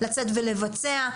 לצאת ולבצע.